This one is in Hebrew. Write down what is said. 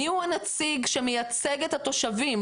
מי הוא הנציג שמייצג את התושבים,